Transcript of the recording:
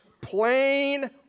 plain